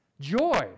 joy